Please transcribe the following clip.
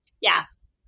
Yes